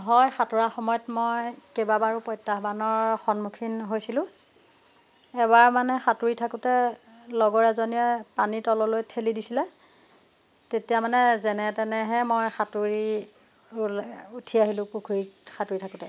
হয় সাঁতোৰা সময়ত মই কেইবাবাৰো প্ৰত্যাহ্বানৰ সন্মুখীন হৈছিলো এবাৰ মানে সাঁতোৰি থাকোতে লগৰ এজনীয়ে পানী তললৈ ঠেলি দিছিলে তেতিয়া মানে যেনে তেনেহে মই সাঁতোৰি উঠি আহিলো পুখুৰীত সাঁতোৰি থাকোতে